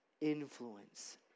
influence